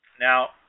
Now